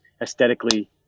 aesthetically